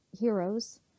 heroes